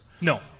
No